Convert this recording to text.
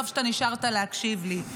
טוב שאתה נשארת להקשיב לי.